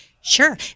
Sure